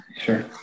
Sure